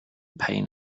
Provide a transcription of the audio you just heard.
pain